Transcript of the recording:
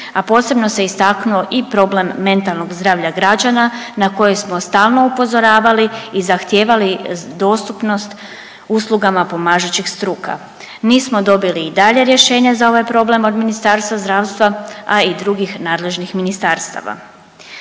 a posebno se istaknuo i problem mentalnog zdravlja građana na koje smo stalno upozoravali i zahtijevali dostupnost uslugama pomažućih struka. Nismo dobili i dalje rješenja za ovaj problem od Ministarstva zdravstva, a i drugih nadležnih ministarstava.